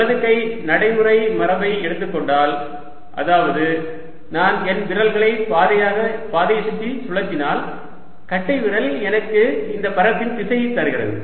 வலது கை நடைமுறை மரபை எடுத்துக்கொண்டால் அதாவது நான் என் விரல்களை பாதையைச் சுற்றி சுழற்றினால் கட்டைவிரல் எனக்கு அந்தப் பரப்பின் திசையைத் தருகிறது